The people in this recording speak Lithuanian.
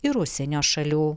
ir užsienio šalių